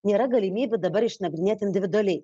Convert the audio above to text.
nėra galimybių dabar išnagrinėt individualiai